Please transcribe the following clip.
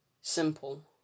simple